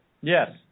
Yes